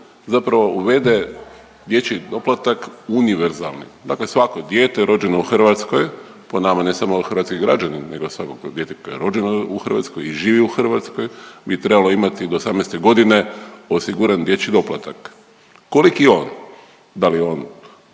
zapravo uvede dječji doplatak univerzalni, dakle svako dijete rođeno u Hrvatskoj, po nama ne samo hrvatski građanin nego svako dijete koje je rođeno u Hrvatskoj i živi u Hrvatskoj, bi trebalo imati do 18. godine osiguran dječji doplatak. Koliki je on, da li je